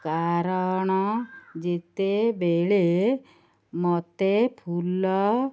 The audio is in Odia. କାରଣ ଯେତେବେଳେ ମୋତେ ଫୁଲ